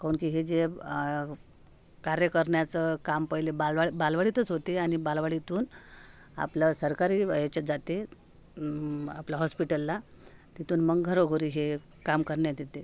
काहून की हे जे कार्य करण्याचं काम पहिले बालवाड बालवाडीतच होते आणि बालवाडीतून आपलं सरकारी ब हेच्यात जाते आपलं हॉस्पिटलला तिथून मग घरोघरी हे काम करण्यात येते